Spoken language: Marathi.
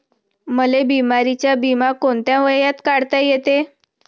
मले बिमारीचा बिमा कोंत्या वयात काढता येते?